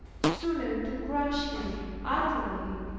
sooner to crush me utterly,